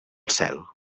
cel